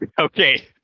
Okay